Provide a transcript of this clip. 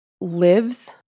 lives